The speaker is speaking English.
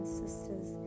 sisters